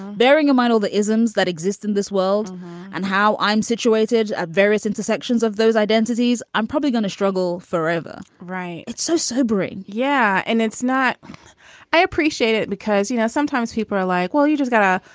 bearing in mind all the isms that exist in this world and how i'm situated at various intersections of those identities, i'm probably going to struggle forever right. it's so sobering. yeah. and it's not i appreciate it because, you know, sometimes people are like, well, you just got to,